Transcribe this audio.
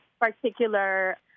particular